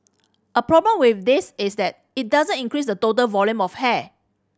a problem with this is that it doesn't increase the total volume of hair